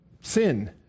sin